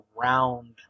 round